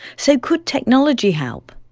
so could technology help?